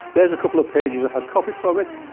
there's a couple of pages i had copied from it,